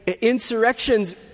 insurrections